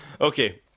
Okay